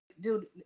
dude